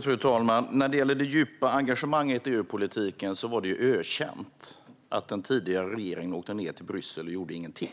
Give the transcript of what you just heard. Fru talman! När det gäller det djupa engagemanget i EU-politiken var det ökänt och välkänt att den tidigare regeringen åkte ned till Bryssel och gjorde ingenting.